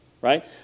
right